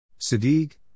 Sadiq